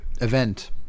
event